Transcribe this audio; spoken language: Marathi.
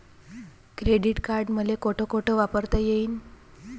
क्रेडिट कार्ड मले कोठ कोठ वापरता येईन?